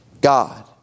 God